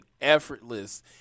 effortless